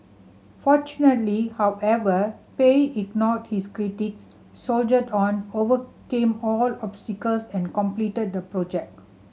fortunately however Pei ignored his critics soldiered on overcame all obstacles and completed the project